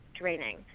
draining